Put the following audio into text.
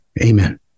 Amen